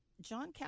John